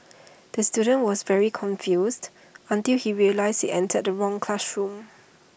the student was very confused until he realised he entered the wrong classroom